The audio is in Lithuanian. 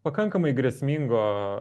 pakankamai grėsmingo